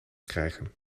krijgen